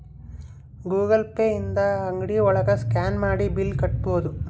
Google Pay ಇಂದ ಅಂಗ್ಡಿ ಒಳಗ ಸ್ಕ್ಯಾನ್ ಮಾಡಿ ಬಿಲ್ ಕಟ್ಬೋದು